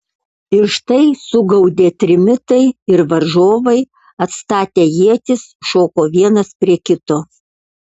ir štai sugaudė trimitai ir varžovai atstatę ietis šoko vienas prie kito